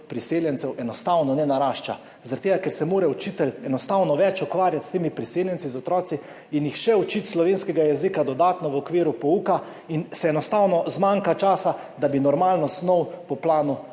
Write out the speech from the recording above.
priseljencev, enostavno ne narašča, zaradi tega, ker se mora učitelj enostavno več ukvarjati s temi otroki priseljenci in jih še učiti slovenskega jezika dodatno v okviru pouka in enostavno zmanjka časa, da bi normalno snov po planu